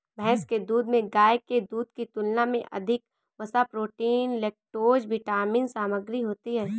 भैंस के दूध में गाय के दूध की तुलना में अधिक वसा, प्रोटीन, लैक्टोज विटामिन सामग्री होती है